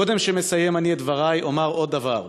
"קודם שמסיים אני את דברי אומר עוד דבר: